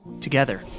together